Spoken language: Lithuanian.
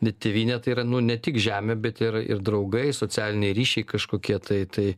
net tėvynė tai yra nu ne tik žemė bet ir ir draugai socialiniai ryšiai kažkokie tai tai